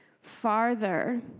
farther